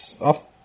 off